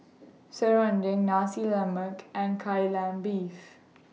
Serunding Nasi Lemak and Kai Lan Beef